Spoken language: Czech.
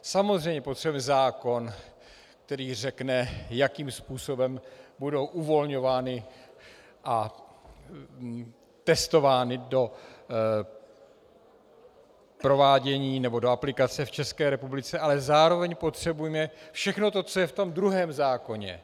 Samozřejmě potřebujeme zákon, který řekne, jakým způsobem budou uvolňovány a testovány do provádění nebo do aplikace v České republice, ale zároveň potřebujeme všechno to, co je v tom druhém zákoně.